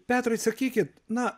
petrai sakykit na